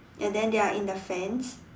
and then they are in the fence